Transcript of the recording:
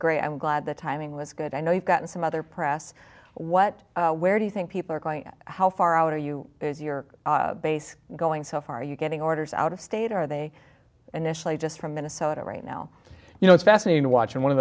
great i'm glad the timing was good i know you've gotten some other press what where do you think people are going how far are you is your basic going so far are you getting orders out of state or are they initially just from minnesota right now you know it's fascinating to watch and one of